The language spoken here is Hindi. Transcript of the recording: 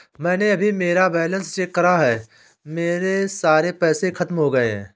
मैंने अभी मेरा बैलन्स चेक करा है, मेरे सारे पैसे खत्म हो गए हैं